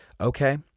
okay